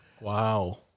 Wow